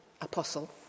apostle